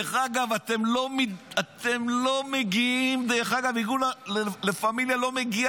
דרך אגב, ארגון לה פמיליה, לא מגיע